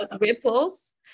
ripples